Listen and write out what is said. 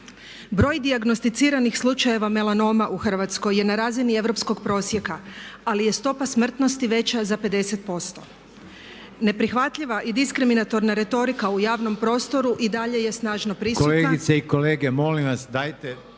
Broj dijagnosticiranih slučajeva melanoma u Hrvatskoj je na razini europskog prosjeka ali je stopa smrtnosti veća za 50%. Neprihvatljiva i diskriminatorna retorika u javnom prostoru i dalje je snažno prisutna.